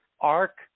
arc